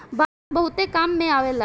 बांस बहुते काम में अवेला